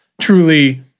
truly